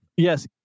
yes